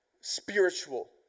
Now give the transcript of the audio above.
spiritual